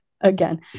again